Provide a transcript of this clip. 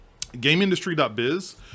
GameIndustry.biz